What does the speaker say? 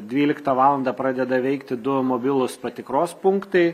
dvyliktą valandą pradeda veikti du mobilūs patikros punktai